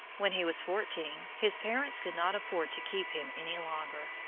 when he was fourteen his parents could not afford to keep him any longer,